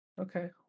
Okay